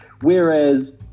whereas